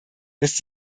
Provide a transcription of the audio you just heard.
dass